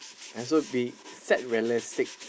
also be set realistic